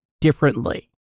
differently